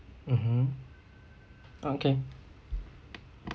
mmhmm okay